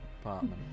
apartment